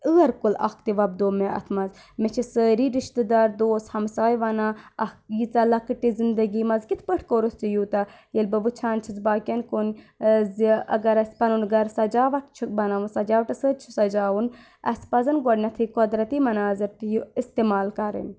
ٲر کُل اَکھ تہِ وۄپدو مےٚ اَتھ منٛز مےٚ چھِ سٲری رِشتہٕ دار دوس ہمساے وَنان اَکھ ییٖژاہ لَکٕٹہِ زندگی منٛز کِتھ پٲٹھۍ کوٚرُتھ ژےٚ یوٗتاہ ییٚلہِ بہٕ وٕچھان چھَس باقیَن کُن زِ اگر اَسہِ پَنُن گَرٕ سَجاوَٹھ چھُ بَناوُن سَجاوٹہٕ سۭتۍ چھُ سَجاوُن اَسہِ پَزَن گۄڈنؠتھٕے قۄدرتی مَناظر تہِ یہِ استِمال کَرٕنۍ